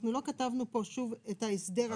אנחנו לא כתבנו כאן את ההסדר עצמו.